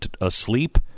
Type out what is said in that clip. asleep